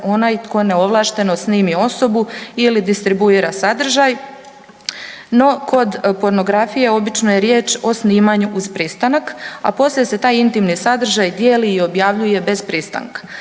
onaj tko neovlašteno snimi osobu ili distribuira sadržaj. No kod pornografije obično je riječ o snimanju uz pristanak, a poslije se taj intimni sadržaj dijeli i objavljuje bez pristanka.